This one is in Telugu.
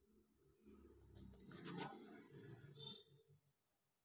ఎరువులను ఎలా వాడాలి?